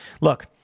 Look